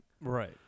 Right